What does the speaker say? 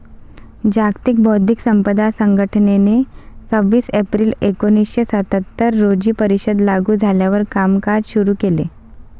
जागतिक बौद्धिक संपदा संघटनेने सव्वीस एप्रिल एकोणीसशे सत्याहत्तर रोजी परिषद लागू झाल्यावर कामकाज सुरू केले